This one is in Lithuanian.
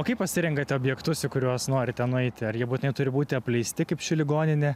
o kaip pasirenkate objektus į kuriuos norite nueiti ar jie būtinai turi būti apleisti kaip ši ligoninė